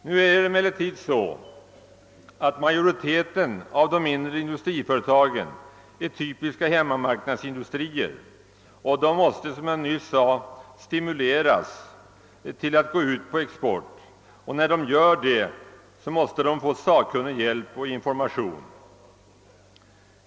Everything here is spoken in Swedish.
Nu är det emellertid så, att majoriteten av de mindre industriföretagen är typiska hemmamarknadsindustrier, och dessa måste, som jag nyss sade, stimuleras att gå ut på exportmarknaderna. När de gör det måste de få sakkunnig hjälp och information.